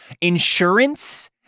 insurance